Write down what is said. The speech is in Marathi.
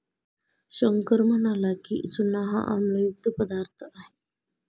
शंकर म्हणाला की, चूना हा आम्लयुक्त पदार्थ आहे